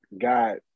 got